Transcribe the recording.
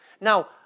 Now